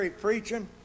preaching